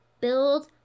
build